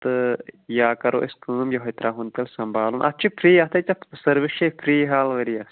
تہٕ یا کَرَو أسۍ کٲم یِہَے ترٛاوون تیٚلہِ سَمبالُن اَتھ چھِ فرٛی اَتھ ہَے ژےٚ سٔروِس چھےٚ فرٛی حال ؤرۍیَس